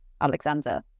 Alexander